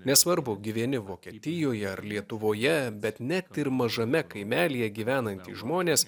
nesvarbu gyveni vokietijoje ar lietuvoje bet net ir mažame kaimelyje gyvenantys žmonės